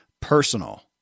Personal